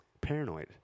paranoid